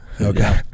Okay